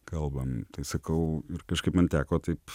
kalbam tai sakau ir kažkaip man teko taip